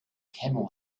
camel